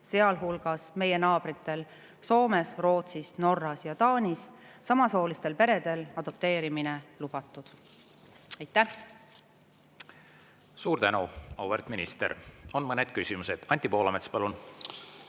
sealhulgas meie naabritel Soomes, Rootsis, Norras ja Taanis, samasoolistel peredel adopteerimine lubatud. Aitäh! Suur tänu, auväärt minister! On mõned küsimused. Anti Poolamets, palun!